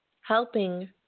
helping